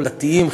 דתיים,